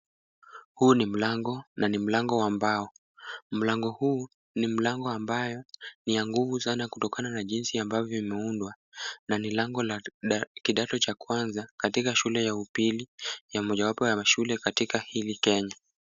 Huu ni mlango na ni mlango wa mbao. Mlango huu ni mlango ambayo ni ya nguvu sana kutokana na jinsi ambavyo imeundwa na ni lango la kidato cha kwanza katika shule ya upili na mojawapo ya mashule katika hili Kenya.